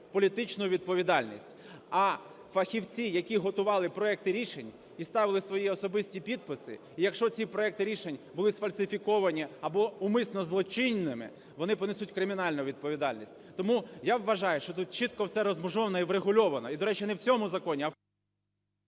політичну відповідальність. А фахівці, які готували проекти рішень і ставили свої особисті підписи, і якщо ці проекти рішень були сфальсифіковані або умисно злочинними, вони понесуть кримінальну відповідальність. Тому я вважаю, що тут чітко все розмежовано і врегульовано. І, до речі, не в цьому законі, а в…